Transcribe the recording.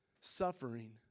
suffering